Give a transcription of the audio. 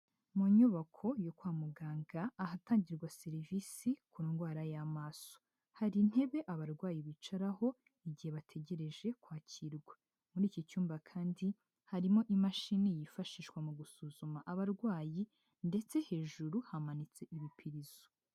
Mu nyubako yo kwa muganga ahatangirwa serivisi ku ndwara y'amaso. Hari intebe abarwayi bicaraho igihe bategereje kwakirwa. Muri iki cyumba kandi harimo imashini yifashishwa mu gusuzuma abarwayi ndetse hejuru hamanitse ibipirizo.